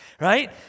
right